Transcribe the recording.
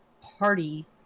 party